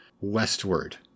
westward